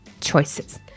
Choices